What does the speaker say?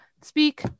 speak